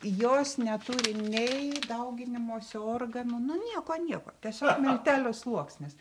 jos neturi nei dauginimosi organų nu nieko nieko tiesiog miltelių sluoksnis